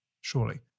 Surely